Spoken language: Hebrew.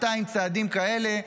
200 צעדים כאלה,